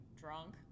Drunk